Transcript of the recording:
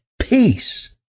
peace